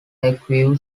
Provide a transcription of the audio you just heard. lakeview